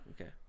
okay